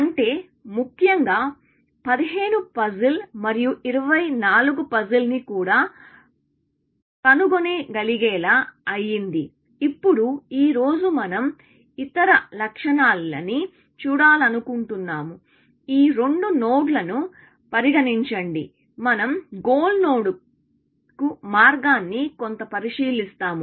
అంటే ముఖ్యంగా 15 పజిల్ మరియు 24 పజిల్ని కూడా కనుగొనగలిగేలా అయింది ఇప్పుడు ఈ రోజు మనం ఇతర లక్షణాలని చూడాలనుకుంటున్నాము ఈ రెండు నోడ్లను పరిగణించండి మనం గోల్ నోడ్కు మార్గాన్ని కొంత పరిశీలిస్తాము